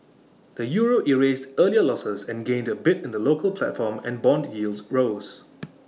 the euro erased earlier losses and gained A bit in the local platform and Bond yields rose